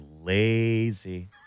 lazy